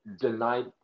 denied